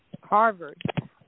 Harvard